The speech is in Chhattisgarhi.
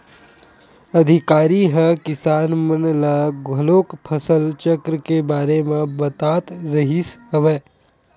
अधिकारी ह किसान मन ल घलोक फसल चक्र के बारे म बतात रिहिस हवय